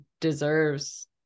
deserves